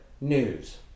news